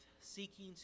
seeking